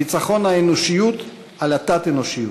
ניצחון האנושיות על התת-אנושיות,